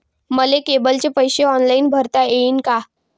मले केबलचे पैसे ऑनलाईन भरता येईन का?